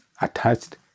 attached